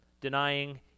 denying